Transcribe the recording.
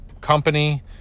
company